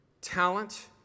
talent